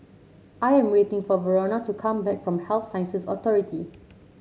I am waiting for Verona to come back from Health Sciences Authority